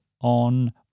on